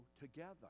together